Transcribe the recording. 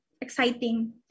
exciting